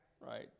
right